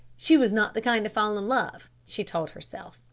she was not the kind to fall in love, she told herself,